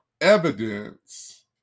evidence